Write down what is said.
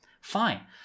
Fine